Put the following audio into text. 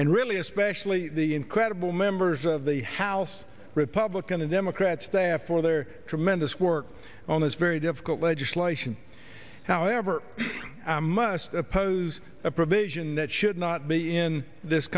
and really especially the incredible members of the house republican and democrat staff for their tremendous work on this very difficult just liason however i must oppose a provision that should not be in this